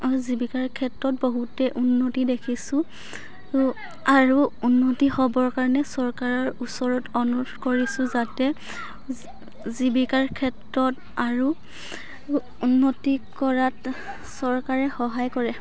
জীৱিকাৰ ক্ষেত্ৰত বহুতে উন্নতি দেখিছোঁ আৰু আৰু উন্নতি হ'বৰ কাৰণে চৰকাৰৰ ওচৰত অনুৰোধ কৰিছোঁ যাতে জীৱিকাৰ ক্ষেত্ৰত আৰু উন্নতি কৰাত চৰকাৰে সহায় কৰে